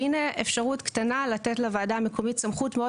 והנה אפשרות קטנה לתת לוועדה המקומית סמכות מאוד